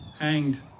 hanged